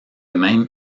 même